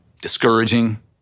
discouraging